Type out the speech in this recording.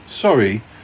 Sorry